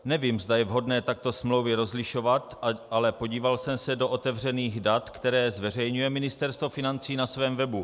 Nevím, zda je vhodné takto smlouvy rozlišovat, ale podíval jsem se do otevřených dat, která zveřejňuje Ministerstvo financí na svém webu.